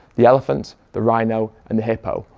the elephant, the rhino and the hippo,